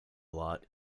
lot